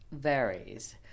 varies